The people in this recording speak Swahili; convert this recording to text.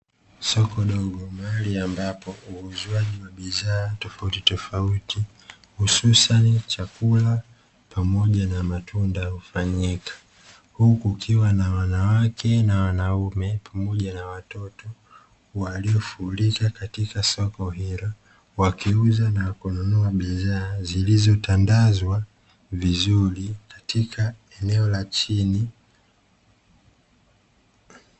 Soko dogo mahali ambapo uuzwaji wa bidhaa tofauti tofauti hususani chakula pamoja na matunda hufanyika, huku kukiwa na wanawake na wanaume pamoja na watoto wadogo waliofurika katika soko hilo wakiuza na kununua bidhaa zilizotandazwa vizuri katika eneo la chini.